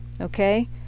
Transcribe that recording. okay